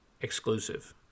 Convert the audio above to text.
exclusive